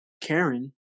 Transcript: Karen